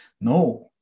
no